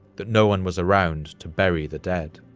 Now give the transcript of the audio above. that no one was around to bury the dead.